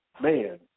man